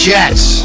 Jets